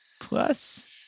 plus